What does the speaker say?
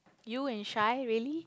you and shy really